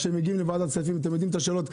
כשמגיעים לוועדת כספים אתם יודעים את השאלות,